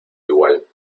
igual